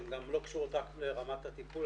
שלא קשורות רק ברמת הטיפול,